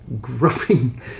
groping